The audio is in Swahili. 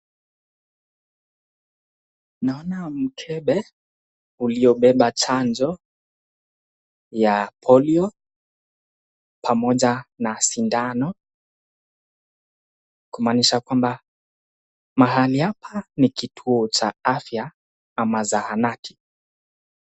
Naona mkembe uliyobeba chanjo ya polio pamoja na sindano, kumanisha kwamba, mahali hapa ni kituo cha afya ama zahanati.